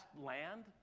land